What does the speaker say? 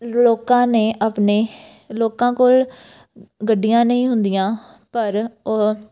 ਲੋਕਾਂ ਨੇ ਆਪਣੇ ਲੋਕਾਂ ਕੋਲ ਗੱਡੀਆਂ ਨਹੀਂ ਹੁੰਦੀਆਂ ਪਰ ਓ